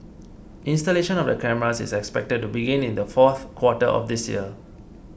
installation of the cameras is expected to begin in the fourth quarter of this year